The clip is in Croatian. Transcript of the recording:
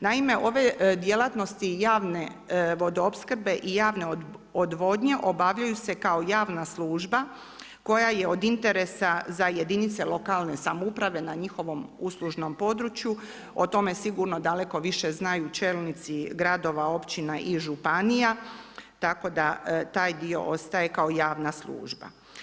Naime, ove djelatnosti javne vodoopskrbe i javne odvodnje, obavljaju se kao javna služba koja je od interesa za jedinice lokalne samouprave na njihovom uslužnom području, o tome sigurno daleko više znaju čelnici gradova općina i županija, tako da taj dio ostaje kao javna služba.